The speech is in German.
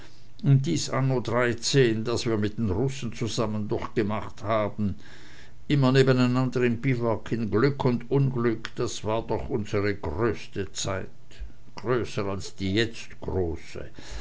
und dies anno dreizehn das wir mit den russen zusammen durchgemacht haben immer nebeneinander im biwak in glück und unglück das war doch unsre größte zeit größer als die jetzt große